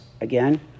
again